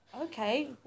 Okay